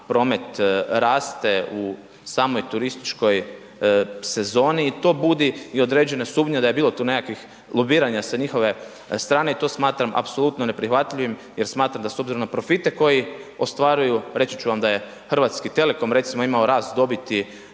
promet raste u samoj turističkoj sezoni i to budi i određene sumnje da je bilo tu nekakvih lobiranja sa njihove strane i to smatram apsolutno neprihvatljivim jer smatram da s obzirom na profite koji ostvaruju, reći ću vam da je Hrvatski telekom recimo, imao rast dobiti,